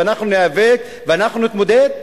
אנחנו ניאבק ואנחנו נתמודד?